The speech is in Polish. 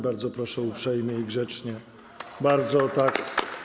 Bardzo proszę uprzejmie i grzecznie, bardzo tak.